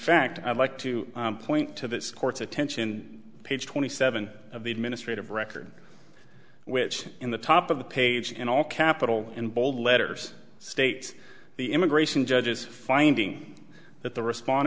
like to point to this court's attention page twenty seven of the administrative record which in the top of the page in all capital in bold letters states the immigration judges finding that the respon